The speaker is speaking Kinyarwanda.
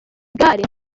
igare